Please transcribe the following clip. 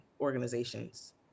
organizations